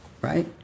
right